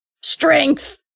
strength